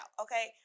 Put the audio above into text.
Okay